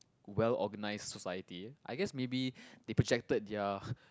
well organized society I guess maybe they projected their